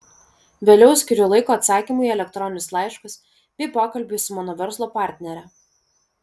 vėliau skiriu laiko atsakymui į elektroninius laiškus bei pokalbiui su mano verslo partnere